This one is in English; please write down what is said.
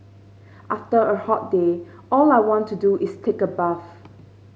after a hot day all I want to do is take a bath